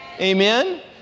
Amen